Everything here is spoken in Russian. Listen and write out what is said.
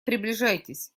приближайтесь